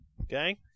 okay